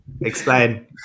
explain